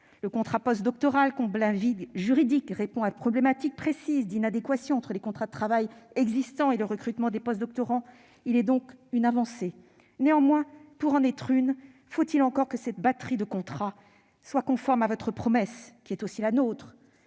Le contrat postdoctoral comble un vide juridique et répond à une problématique précise d'inadéquation entre les contrats de travail existants et le recrutement des postdoctorants. Il constitue donc une avancée. Néanmoins, pour qu'il s'agisse d'une avancée, encore faut-il que cette batterie de contrats soit conforme à votre promesse, qui est aussi la nôtre,